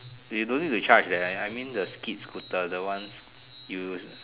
you don't need to charge that one I mean the skate scooter the one you use